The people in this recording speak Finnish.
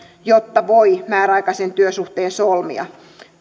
jotta voi määräaikaisen työsuhteen solmia